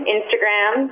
Instagram